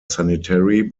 sanitary